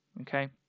Okay